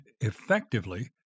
effectively